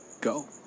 go